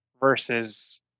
versus